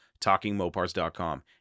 TalkingMopars.com